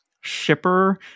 shipper